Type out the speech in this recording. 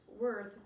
worth